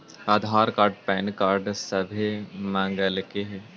आधार card PAN card सभे मगलके हे?